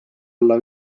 olla